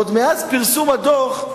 עוד מאז פרסום הדוח,